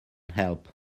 help